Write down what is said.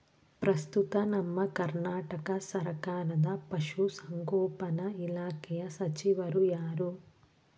ಪ್ರಸ್ತುತ ನಮ್ಮ ಕರ್ನಾಟಕ ಸರ್ಕಾರದ ಪಶು ಸಂಗೋಪನಾ ಇಲಾಖೆಯ ಸಚಿವರು ಯಾರು?